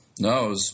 No